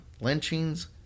lynchings